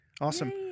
Awesome